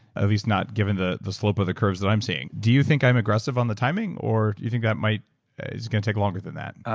at least not given the the slope of the curves that i'm seeing. do you think i'm aggressive on the timing, or do you think that it's going to take longer than that?